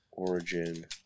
Origin